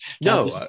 no